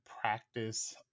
practice